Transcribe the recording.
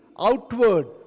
outward